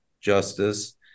justice